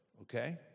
okay